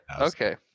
okay